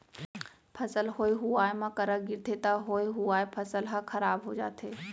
फसल होए हुवाए म करा गिरगे त होए हुवाए फसल ह खराब हो जाथे